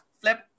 flip